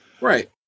Right